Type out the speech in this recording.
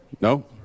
No